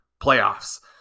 playoffs